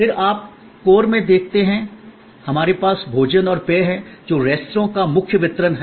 फिर आप कोर में देखते हैं हमारे पास भोजन और पेय है जो रेस्तरां का मुख्य वितरण है